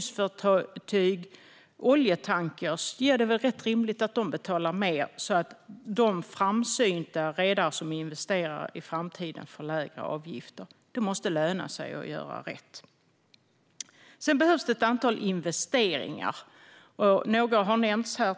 Det är rimligt att kryssningsfartyg och oljetankrar betalar mer så att de framsynta redare som investerar i framtiden får lägre avgifter. Det måste löna sig att göra rätt. Det behövs vidare ett antal investeringar. Några har tidigare nämnts här.